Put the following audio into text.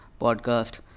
podcast